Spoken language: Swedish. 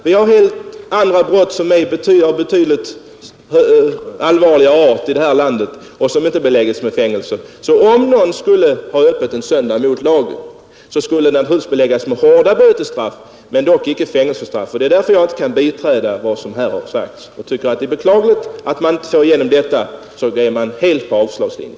Det förekommer andra brott som är av betydligt allvarligare art och som inte beläggs med fängelsestraff. Om någon skulle ha öppet en söndag mot lagen, skulle detta naturligtvis beläggas med hårt bötesstraff, dock icke fängelsestraff. Jag tycker att det är beklagligt att om man inte får igenom sitt förslag, går man helt på avslagslinjen.